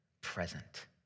present